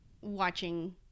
watching